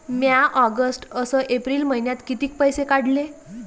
म्या ऑगस्ट अस एप्रिल मइन्यात कितीक पैसे काढले?